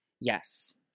Yes